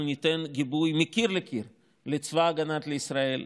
אנחנו ניתן גיבוי מקיר לקיר לצבא ההגנה לישראל,